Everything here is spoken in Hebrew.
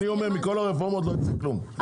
מכל הרפורמות לא יצא כלום,